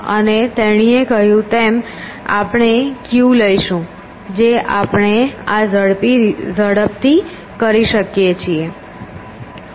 અને તેણીએ કહ્યું તેમ આપણે ક્યુ લઈશું જે આપણે આ ઝડપથી કરી શકીએ છીએ